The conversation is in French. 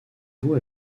vous